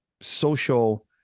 social